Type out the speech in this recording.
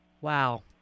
Wow